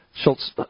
Schultz